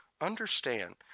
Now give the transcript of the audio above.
Understand